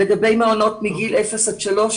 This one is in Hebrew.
לגבי מעונות מגיל אפס עד שלוש